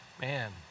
Man